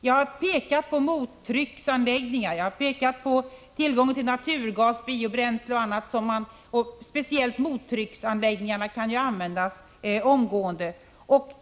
Jag har pekat på mottrycksanläggningar, tillgången till naturgas, biobränsle och annat, och speciellt mottrycksanläggningarna kan ju användas omgående.